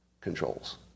controls